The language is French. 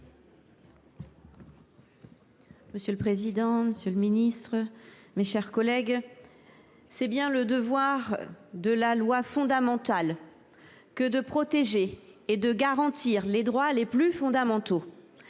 Monsieur le président, monsieur le garde des sceaux, mes chers collègues, c’est bien le devoir de la loi fondamentale que de protéger et de garantir les droits les plus fondamentaux.